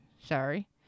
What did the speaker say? sorry